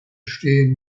stehen